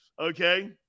Okay